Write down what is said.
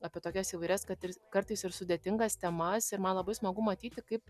apie tokias įvairias kad ir kartais ir sudėtingas temas ir man labai smagu matyti kaip